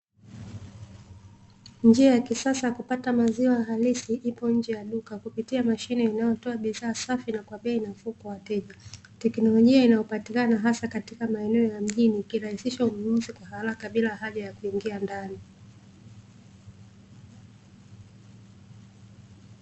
Njia ya kisasa ya kupata maziwa halisi ipo nje ya duka kupitia mashine inayotoa bidhaa safi na kwa bei nafuu kwa wateja. Teknolojia inayopatikana hasa katika maeneo ya mjini, ikirahisisha ununuzi kwa haraka bila haja ya kuingia ndani.